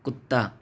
कुत्ता